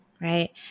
right